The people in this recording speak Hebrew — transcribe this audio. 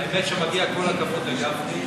האמת שמגיע כל הכבוד לגפני,